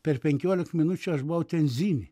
per penkiolik minučių aš buvau tenzini